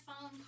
phone